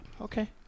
Okay